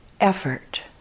effort